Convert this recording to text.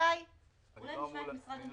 אולי נשמע את משרד המשפטים.